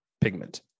pigment